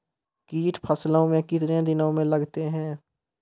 कीट फसलों मे कितने दिनों मे लगते हैं?